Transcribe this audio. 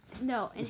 No